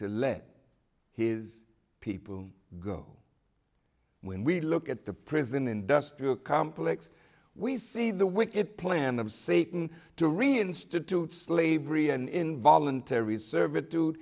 to lead his people go when we look at the prison industrial complex we see the wicked plan of satan to reinstitute slavery and involuntary servitude